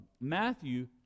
Matthew